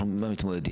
אני מתכוון,